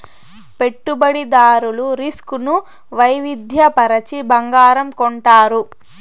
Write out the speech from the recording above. పెట్టుబడిదారులు రిస్క్ ను వైవిధ్య పరచి బంగారం కొంటారు